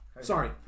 Sorry